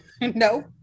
No